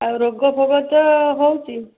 ଆଉ ରୋଗ ଫୋଗ ତ ହଉଛି